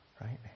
right